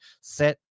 set